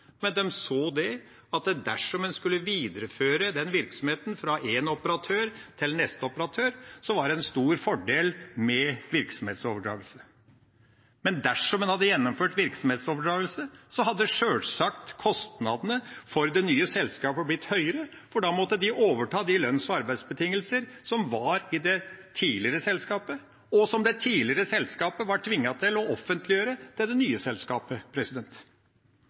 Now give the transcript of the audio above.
men de så at dersom en skulle videreføre den virksomheten fra én operatør til neste operatør, var det en stor fordel med virksomhetsoverdragelse. Men dersom en hadde gjennomført virksomhetsoverdragelse, hadde sjølsagt kostnadene for det nye selskapet blitt høyere, for da måtte de overta de lønns- og arbeidsbetingelser som var i det tidligere selskapet, og som det tidligere selskapet var tvunget til å offentliggjøre til det nye selskapet.